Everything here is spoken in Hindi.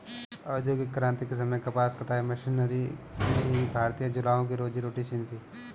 औद्योगिक क्रांति के समय कपास कताई मशीनरी ने ही भारतीय जुलाहों की रोजी रोटी छिनी थी